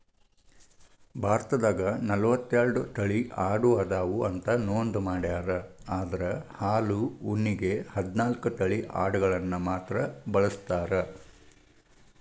ಭಾರತ ದೇಶದಾಗ ನಲವತ್ತೆರಡು ತಳಿ ಆಡು ಅದಾವ ಅಂತ ನೋಂದ ಮಾಡ್ಯಾರ ಅದ್ರ ಹಾಲು ಉಣ್ಣೆಗೆ ಹದ್ನಾಲ್ಕ್ ತಳಿ ಅಡಗಳನ್ನ ಮಾತ್ರ ಬಳಸ್ತಾರ